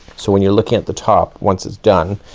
so when you're looking at the top, once it's done,